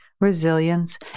resilience